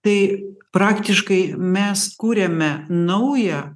tai praktiškai mes kūriame naują